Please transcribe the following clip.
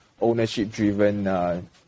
ownership-driven